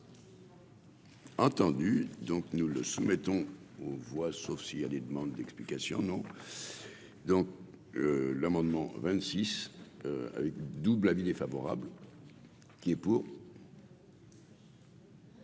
Entendu, donc nous le soumettons aux voix, sauf s'il y a des demandes d'explications non donc l'amendement 26 avec double avis défavorable qui est pour.